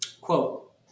Quote